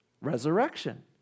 resurrection